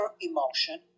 emotion